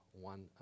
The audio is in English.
one